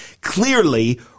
Clearly